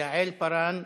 יעל פארן,